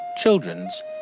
children's